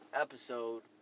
episode